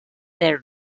their